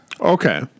Okay